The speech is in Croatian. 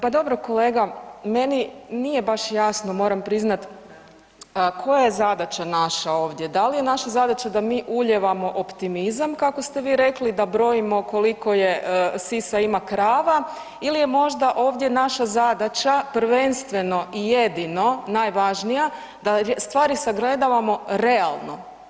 Pa dobro kolega meni nije baš jasno moram priznat, koja je zadaća naša ovdje, da li je naša zadaća da mi ulijevamo optimizam kako ste vi rekli, da brojimo koliko je sisa ima krava ili je možda ovdje naša zadaća prvenstveno i jedino najvažnija da stvari sagledavamo realno.